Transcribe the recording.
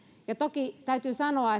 ja toki täytyy sanoa